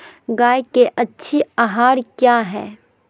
गाय के अच्छी आहार किया है?